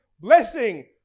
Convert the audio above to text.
blessing